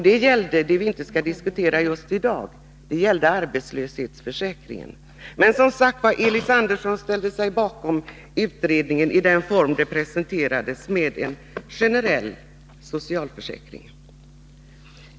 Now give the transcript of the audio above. Det gällde en sak som vi inte skall diskutera just i dag, nämligen arbetslöshetsförsäkringen. Men, som sagt, Elis Andersson ställde sig bakom utredningen i den form denna presenterades. Det gällde alltså en generell socialförsäkring.